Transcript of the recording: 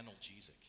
analgesic